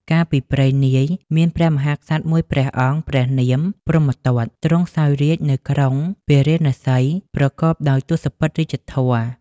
កាលពីព្រេងនាយ មានព្រះមហាក្សត្រមួយព្រះអង្គព្រះនាមព្រហ្មទត្ត ទ្រង់សោយរាជ្យនៅក្រុងពារាណសី ប្រកបដោយទសពិធរាជធម៌។